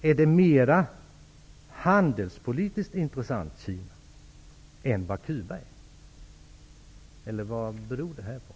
Är Kina handelspolitiskt intressantare än Cuba? Eller vad är orsaken?